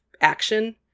action